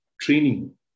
training